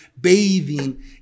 bathing